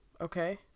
okay